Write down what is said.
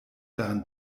dran